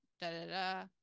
da-da-da